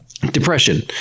Depression